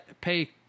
pay